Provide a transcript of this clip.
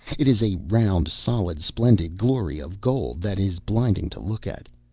it is a round, solid, splendid glory of gold, that is blinding to look at.